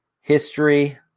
history